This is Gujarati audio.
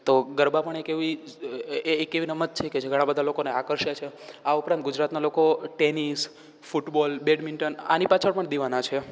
તો ગરબા પણ એક એવી એક એવી રમત છે કે જે ઘણા બધા લોકોને આકર્ષે છે આ ઉપરાંત ગુજરાતનાં લોકો ટેનિસ ફૂટબોલ બેડમિન્ટન આની પાછળ પણ દિવાના છે